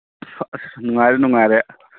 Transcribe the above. ꯑꯁ ꯑꯁ ꯅꯨꯡꯉꯥꯏꯔꯦ ꯅꯨꯡꯉꯥꯏꯔꯦ